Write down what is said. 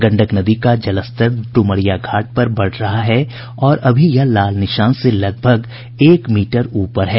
गंडक नदी का जलस्तर डुमरिया घाट पर बढ़ रहा है और अभी यह लाल निशान से लगभग एक मीटर ऊपर है